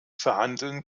verhandeln